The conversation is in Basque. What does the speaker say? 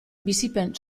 bizipen